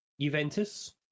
Juventus